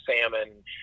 salmon